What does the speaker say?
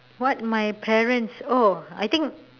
what my parents oh I think